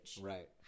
Right